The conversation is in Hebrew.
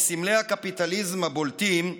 מסמלי הקפיטליזם הבולטים,